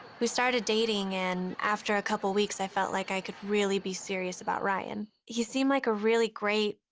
we started dating, and after a couple weeks, i felt like i could really be serious about ryan. he seemed like a really great,